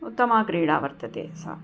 उत्तमा क्रीडा वर्तते सा